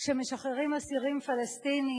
כשמשחררים אסירים פלסטינים,